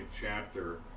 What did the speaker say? chapter